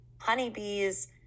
honeybees